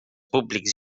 públics